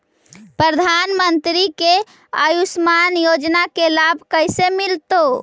प्रधानमंत्री के आयुषमान योजना के लाभ कैसे मिलतै?